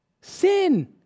Sin